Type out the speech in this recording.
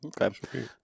Okay